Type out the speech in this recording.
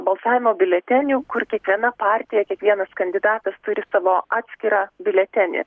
balsavimo biuletenių kur kiekviena partija kiekvienas kandidatas turi savo atskirą biuletenį